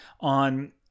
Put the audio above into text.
on